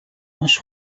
маш